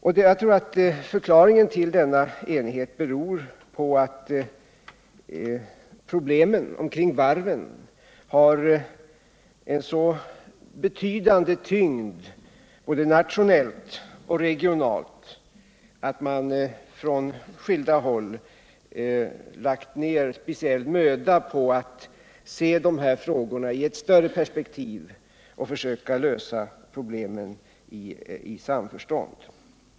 Jag tror att förklaringen till denna enighet är att problemen omkring varven har en så betydande tyngd både nationellt och regionalt att man från skilda håll lagt ner speciell möda på att se dessa frågor i ett större perspektiv och försöka lösa problemen i samförstånd.